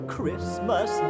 Christmas